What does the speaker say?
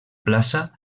plaça